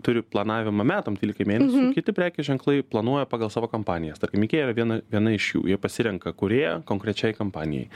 turi planavimą metam dvylikai mėnesių kiti prekės ženklai planuoja pagal savo kampanijas tarkim ikea viena viena iš jų jie pasirenka kūrėją konkrečiai kampanijai